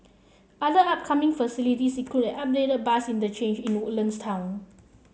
other upcoming facilities include an upgraded bus interchange in Woodlands town